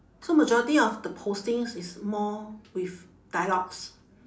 so majority of the postings is more with dialogues